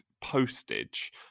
postage